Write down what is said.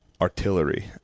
artillery